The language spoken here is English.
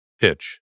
Pitch